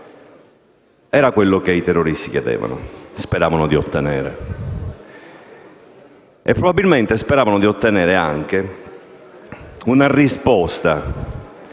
Era quello che i terroristi speravano di ottenere. Probabilmente speravano di ottenere anche una risposta